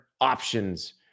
options